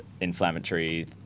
inflammatory